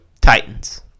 Titans